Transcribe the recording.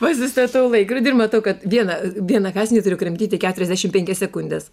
pasistatau laikrodį ir matau kad vieną vieną kąsnį turiu kramtyti keturiasdešim penkias sekundes